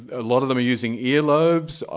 a lot of them are using earlobes,